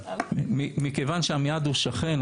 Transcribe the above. מכיוון שעמיעד הוא שכן,